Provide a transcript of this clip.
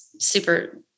super